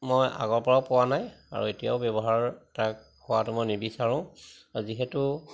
মই আগৰ পৰাও পোৱা নাই আৰু এতিয়াও ব্যৱহাৰ তাক হোৱাটো মই নিবিচাৰোঁ যিহেতু